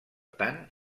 tant